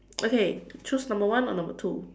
okay choose number one or number two